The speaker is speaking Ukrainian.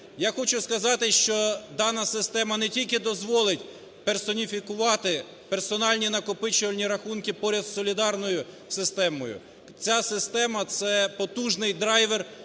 Я хочу сказати, що дана система не тільки дозволить персоніфікувати персональні накопичувальні рахунки поряд з солідарною системою, ця система – це потужний драйвер